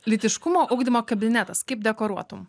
lytiškumo ugdymo kabinetas kaip dekoruotum